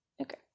Okay